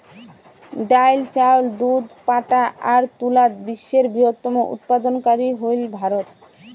ডাইল, চাউল, দুধ, পাটা আর তুলাত বিশ্বের বৃহত্তম উৎপাদনকারী হইল ভারত